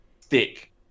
thick